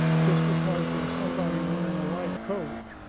just because there's somebody wearing a white coat,